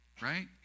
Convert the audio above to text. right